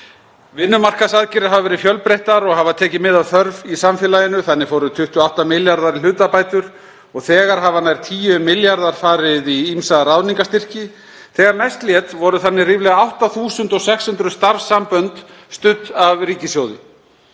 Vinnumarkaðsaðgerðir hafa verið fjölbreyttar og hafa tekið mið af þörf í samfélaginu. Þannig fóru 28 milljarðar í hlutabætur og þegar hafa nærri 10 milljarðar farið í ýmsa ráðningarstyrki. Þegar mest lét voru þannig ríflega 8.600 starfssambönd studd af ríkissjóði.